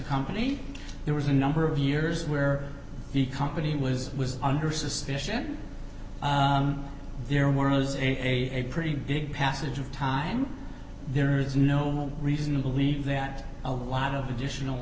company there was a number of years where the company was was under suspicion there was a pretty big passage of time there is no reason to believe that a lot of additional